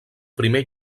primer